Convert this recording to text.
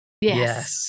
Yes